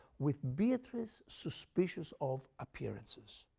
with beatrice suspicious of appearances.